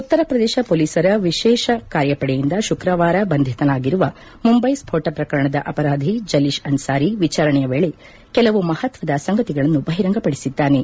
ಉತ್ತರಪ್ರದೇಶ ಪೊಲೀಸರ ವಿಶೇಷ ಕಾರ್ಯಪಡೆಯಿಂದ ಶುಕ್ರವಾರ ಬಂಧಿತನಾಗಿರುವ ಮುಂಬೈ ಸ್ಪೋಟ ಪ್ರಕರಣದ ಅಪರಾಧಿ ಜಲೀಶ್ ಅನ್ಪಾರಿ ವಿಚಾರಣೆಯ ವೇಳೆ ಕೆಲವು ಮಹತ್ವದ ಸಂಗತಿಗಳನ್ನು ಬಹಿರಂಗಪಡಿಸಿದ್ದಾನೆ